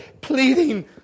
pleading